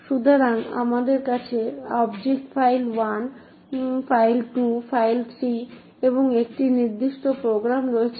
সুতরাং আমাদের কাছে অবজেক্ট ফাইল 1 ফাইল 2 ফাইল 3 এবং একটি নির্দিষ্ট প্রোগ্রাম রয়েছে